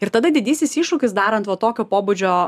ir tada didysis iššūkis darant va tokio pobūdžio